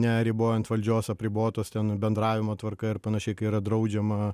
neribojant valdžios apribotos ten bendravimo tvarka ir panašiai kai yra draudžiama